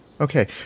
Okay